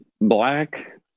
black